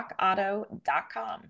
rockauto.com